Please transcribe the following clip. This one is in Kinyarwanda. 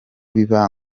biba